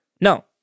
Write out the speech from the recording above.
No